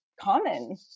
common